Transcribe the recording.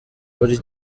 buri